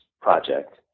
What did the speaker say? project